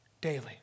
daily